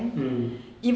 mm